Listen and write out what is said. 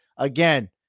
Again